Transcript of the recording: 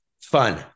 fun